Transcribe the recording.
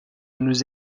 nous